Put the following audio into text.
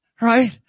right